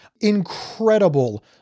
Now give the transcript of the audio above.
incredible